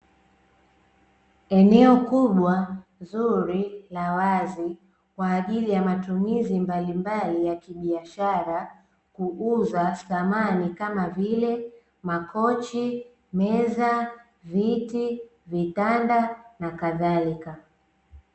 Eneo kubwa zuri la wazi kwaajili ya matumizi mbalimbali ya kibiashara kuuza samani kama vile makochi, meza, viti, vitanda na kadhalika.